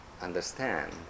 understand